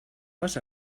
les